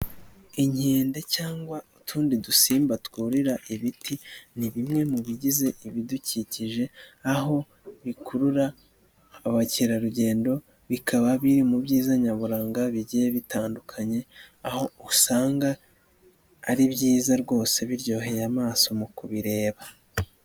Inkende cyangwa utundi dusimba twurira ibiti, ni bimwe mu bigize ibidukikije aho bikurura abakerarugendo bikaba biri mu byiza nyaburanga bigiye bitandukanye, aho usanga ari byiza rwose biryoheye amaso mu kubireba.